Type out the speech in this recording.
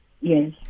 Yes